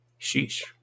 Sheesh